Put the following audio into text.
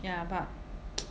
ya but